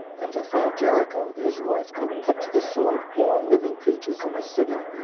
after the fall of jericho the israelites, quote, put to the sword all living creatures of the city,